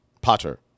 Potter